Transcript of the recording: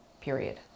period